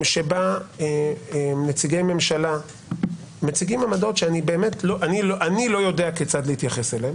שבה נציגי ממשלה מציגים עמדות שאני לא יודע כיצד להתייחס אליהן,